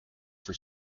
for